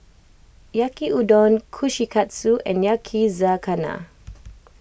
Yaki Udon Kushikatsu and Yakizakana